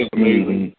amazing